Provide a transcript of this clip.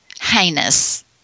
heinous